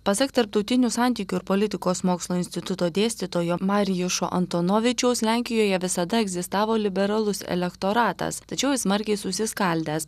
pasak tarptautinių santykių ir politikos mokslų instituto dėstytojo marijušo antonovičiaus lenkijoje visada egzistavo liberalus elektoratas tačiau jis smarkiai susiskaldęs